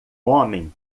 homem